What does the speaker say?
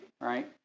Right